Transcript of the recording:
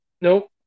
Nope